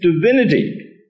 divinity